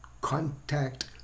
contact